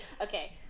okay